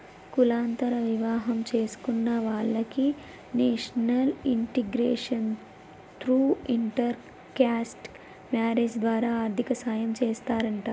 కులాంతర వివాహం చేసుకున్న వాలకి national integration through inter caste marriage ద్వారా ఆర్థిక సాయం చేస్తారంట